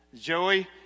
Joey